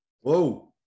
whoa